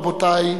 רבותי,